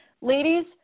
ladies